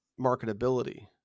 marketability